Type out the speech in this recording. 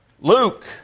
Luke